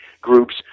groups